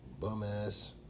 bum-ass